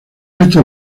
resto